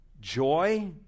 joy